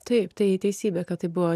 taip tai teisybė kad tai buvo